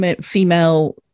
female